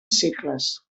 segles